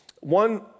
one